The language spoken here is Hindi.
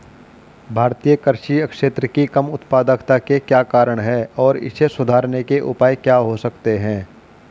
भारतीय कृषि क्षेत्र की कम उत्पादकता के क्या कारण हैं और इसे सुधारने के उपाय क्या हो सकते हैं?